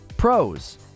Pros